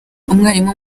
umwarimu